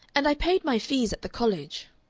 and i paid my fees at the college.